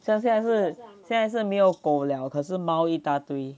像现在是现在是没有狗了可是猫一大堆